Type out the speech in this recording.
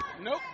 Nope